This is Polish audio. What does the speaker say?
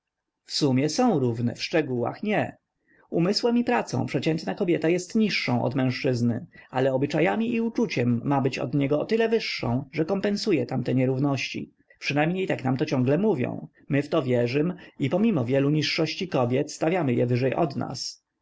w sumie są równe w szczegółach nie umysłem i pracą przeciętna kobieta jest niższą od mężczyzny ale obyczajami i uczuciem ma być od niego o tyle wyższą że kompensuje tamte nierówności przynajmniej tak nam to ciągle mówią my w to wierzym i pomimo wielu niższości kobiet stawiamy je wyżej od nas